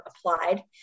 applied